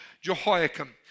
Jehoiakim